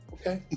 Okay